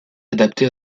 adapté